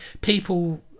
people